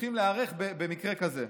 שצריכים להיערך אליו במקרה שכזה.